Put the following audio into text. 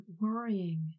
worrying